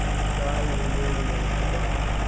the dye remaining at the bottom.